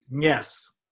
Yes